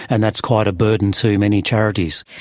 and that's quite a burden to many charities.